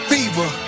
Fever